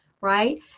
right